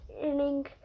inning